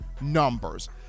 numbers